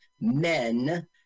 men